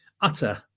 utter